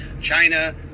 China